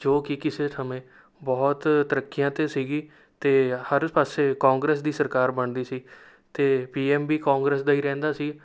ਜੋ ਕਿ ਕਿਸੇ ਸਮੇਂ ਬਹੁਤ ਤਰੱਕੀਆਂ 'ਤੇ ਸੀਗੀ ਅਤੇ ਹਰ ਪਾਸੇ ਕਾਂਗਰਸ ਦੀ ਸਰਕਾਰ ਬਣਦੀ ਸੀ ਅਤੇ ਪੀ ਐੱਮ ਵੀ ਕਾਂਗਰਸ ਦਾ ਹੀ ਰਹਿੰਦਾ ਸੀ